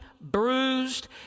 bruised